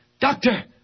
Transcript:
Doctor